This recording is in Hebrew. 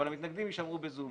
אבל המתנגדים יישארו ב"זום".